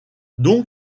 donc